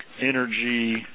energy